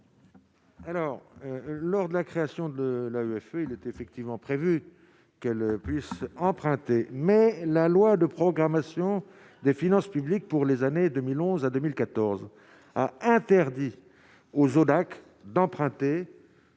Alors, lors de la création de l'AFP, il est effectivement prévu qu'elle puisse emprunter, mais la loi de programmation des finances publiques pour les années 2011 à 2014 a interdit aux Hodac d'emprunter.